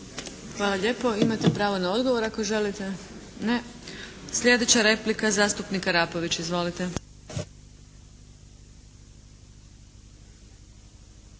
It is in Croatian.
Hvala lijepo. Imate pravo na odgovor ako želite. Ne. Sljedeća replika, zastupnik Arapović. Izvolite.